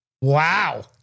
Wow